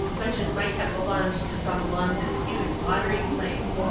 such as might have belonged to some long-disused watering-place.